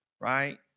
Right